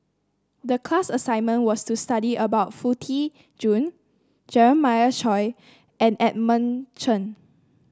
the class assignment was to study about Foo Tee Jun Jeremiah Choy and Edmund Chen